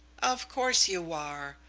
of course you are!